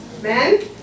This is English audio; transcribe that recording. men